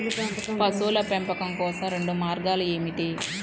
పశువుల పెంపకం కోసం రెండు మార్గాలు ఏమిటీ?